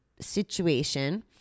situation